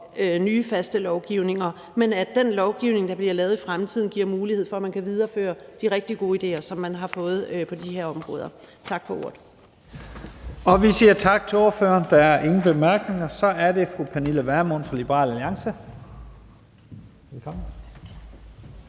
nye faste lovgivninger, men oplever, at den lovgivning, der bliver lavet i fremtiden, giver mulighed for, at man kan videreføre de rigtig gode idéer, som man har fået på de her områder. Tak for ordet. Kl. 12:02 Første næstformand (Leif Lahn Jensen): Vi siger tak til ordføreren. Der er ingen korte bemærkninger. Så er det fru Pernille Vermund fra Liberal Alliance. Velkommen.